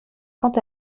quant